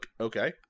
Okay